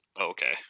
okay